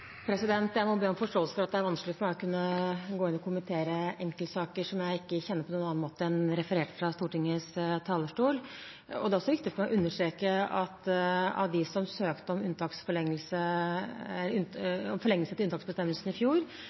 Jeg må be om forståelse for at det er vanskelig for meg å gå inn og kommentere enkeltsaker som jeg ikke kjenner på noen annen måte enn referert fra Stortingets talerstol. Det er viktig for meg å understreke at av dem som i fjor søkte om